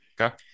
Okay